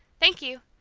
thank you.